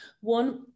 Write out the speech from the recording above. one